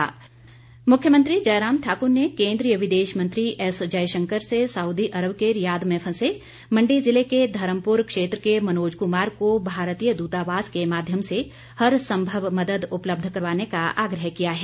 आग्रह मुख्यमंत्री जयराम ठाकुर ने केन्द्रीय विदेश मंत्री एस जयशंकर से सउदी अरब के रियाद में फंसे मण्डी ज़िले के धर्मप्र क्षेत्र के मनोज कुमार को भारतीय द्रतावास के माध्यम से हर संभव मदद उपलब्ध करवाने का आग्रह किया है